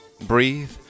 breathe